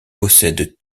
possèdent